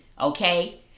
Okay